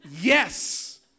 yes